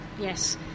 Yes